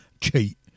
Cheat